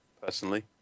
personally